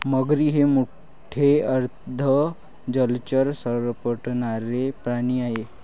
मगरी हे मोठे अर्ध जलचर सरपटणारे प्राणी आहेत